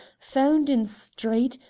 found in street,